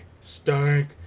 Stank